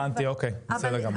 הבנתי, אוקיי, בסדר גמור.